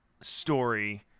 story